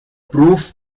proof